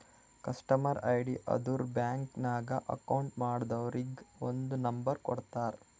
customer ID ಅಂದುರ್ bank ನಾಗ್ account ಮಾಡ್ದವರಿಗ್ ಒಂದ್ ನಂಬರ್ ಕೊಡ್ತಾರ್